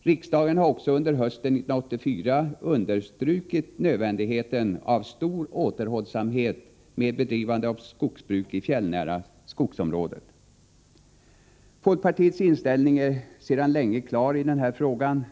Riksdagen har också under hösten 1984 understrukit nödvändigheten av stor återhållsamhet med bedrivande av skogsbruk i det fjällnära skogsområdet. Folkpartiets inställning i denna fråga är klar sedan länge.